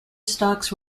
stalks